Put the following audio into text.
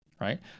right